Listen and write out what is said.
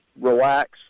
relax